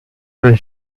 nel